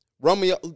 Romeo